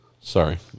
sorry